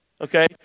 Okay